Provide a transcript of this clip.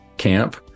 camp